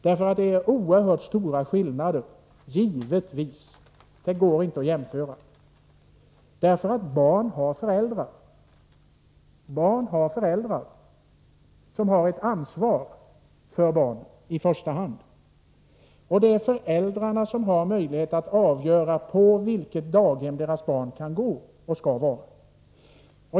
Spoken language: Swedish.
Det är givetvis en oerhört stor skillnad. Barn har föräldrar som har ett ansvar i första hand för barnen, och det är föräldrarna som har möjlighet att avgöra på vilket daghem deras barn skall vara.